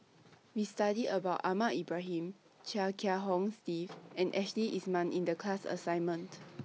We studied about Ahmad Ibrahim Chia Kiah Hong Steve and Ashley Isham in The class assignment